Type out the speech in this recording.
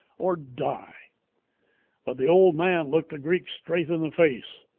or die but the old man looked the greek straight in the face.